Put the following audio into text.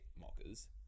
mockers